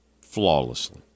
flawlessly